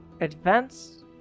Advanced